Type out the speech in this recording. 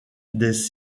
des